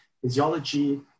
physiology